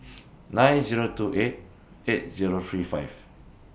nine Zero two eight eight Zero three five